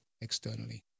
externally